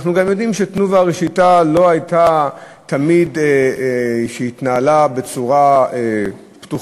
אנחנו גם יודעים ש"תנובה" בראשיתה לא תמיד התנהלה בצורה פתוחה,